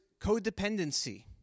codependency